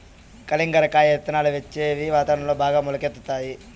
కలింగర కాయ ఇత్తనాలు వెచ్చని వాతావరణంలో బాగా మొలకెత్తుతాయి